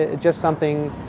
ah just something,